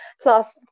plus